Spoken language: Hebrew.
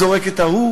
זורק את ההוא